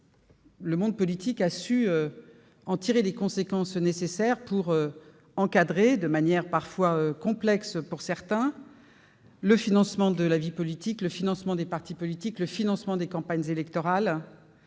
le monde politique a su en tirer les conséquences pour encadrer, de manière parfois complexe, le financement de la vie politique, le financement des partis politiques, le financement des campagnes électorales.